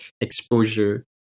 exposure